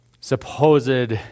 supposed